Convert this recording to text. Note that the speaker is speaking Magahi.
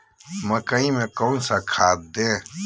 मकई में कौन सा खाद दे?